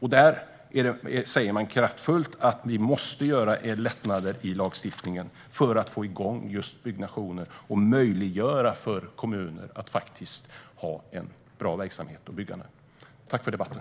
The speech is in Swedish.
I denna sägs kraftfullt att det måste till lättnader i lagstiftningen för att man ska få igång byggnationer och möjliggöra för kommuner att ha en bra byggverksamhet. Tack för debatten!